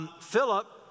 Philip